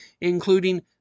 including